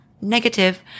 negative